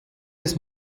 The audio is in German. des